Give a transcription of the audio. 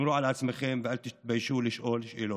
שמרו על עצמכם ואל תתביישו לשאול שאלות.